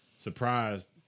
Surprised